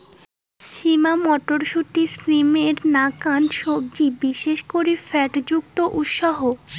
lima মটরশুঁটি, সিমের নাকান সবজি বিশেষ করি ফ্যাট মুক্ত উৎস